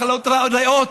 מחלקות ריאות,